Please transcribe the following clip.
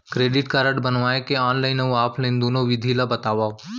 Credit card बनवाए के online अऊ ऑफलाइन दुनो विधि ला बतावव?